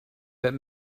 but